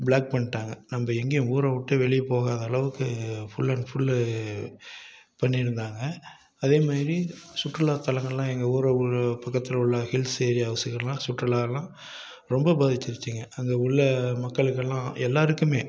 black பண்ணிட்டாங்க நம்ம எங்கேயும் ஊரை விட்டு வெளியே போகாத அளவுக்கு ஃபுல்லன் ஃபுல்லு பண்ணியிருந்தாங்க அதே மாதிரி சுற்றுலா தளங்கள்லா எங்கள் ஊரில் உள்ள பக்கத்தில் உள்ள ஹில்ஸ் ஏரியாஸ் எல்லாம் சுற்றுலாளாம் ரொம்ப பாதிச்சுடுச்சிங்க அங்கே உள்ள மக்கள்கெல்லாம் எல்லாருக்கும்